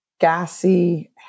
gassy